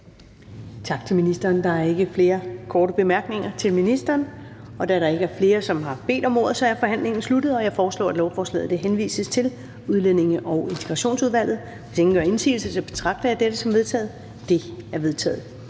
Tak til ministeren. Der er ikke flere korte bemærkninger til ministeren. Da der ikke er flere, som har bedt om ordet, er forhandlingen sluttet. Jeg foreslår, at lovforslaget henvises til Udlændinge- og Integrationsudvalget. Hvis ingen gør indsigelse, betragter jeg dette som vedtaget. Det er vedtaget.